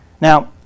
Now